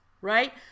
right